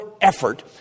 effort